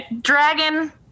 dragon